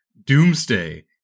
doomsday